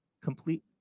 complete